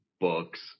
books